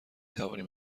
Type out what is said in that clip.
توانیم